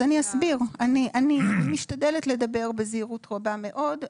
אני משתדלת לדבר בזהירות רבה מאוד,